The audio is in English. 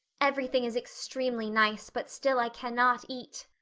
everything is extremely nice, but still i cannot eat.